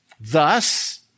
Thus